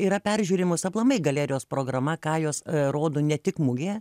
yra peržiūrimos aplamai galerijos programa ką jos rodo ne tik mugėje